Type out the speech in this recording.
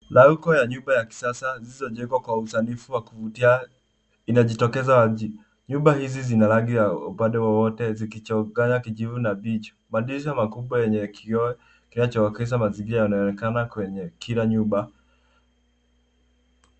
Rauko la nyumba ya kisasa zilizojengwa kwa usanifu wa kuvutia inajitokeza wazi. Nyumba hizi zina rangi ya upande wowote zikichongana kijivu na mbichi. Madirisha makubwa yenye kioo kinachowakiza mazingira yanaonekana kwenye kila nyumba.